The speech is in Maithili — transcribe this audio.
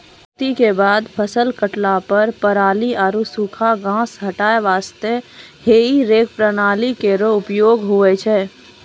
खेती क बाद फसल काटला पर पराली आरु सूखा घास हटाय वास्ते हेई रेक प्रणाली केरो उपयोग होय छै